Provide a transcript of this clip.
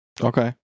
Okay